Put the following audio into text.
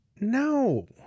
No